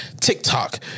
TikTok